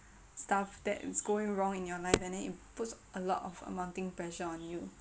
stuff that is going wrong in your life and then it puts a lot of amounting pressure on you